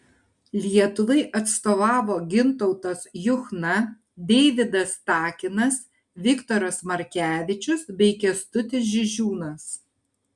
lietuvai atstovavo gintautas juchna deividas takinas viktoras markevičius bei kęstutis žižiūnas